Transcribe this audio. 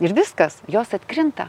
ir viskas jos atkrinta